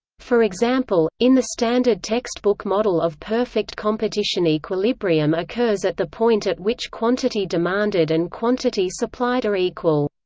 for example, in the standard text-book model of perfect competition equilibrium occurs at the point at which quantity demanded and quantity supplied are equal.